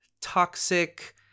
toxic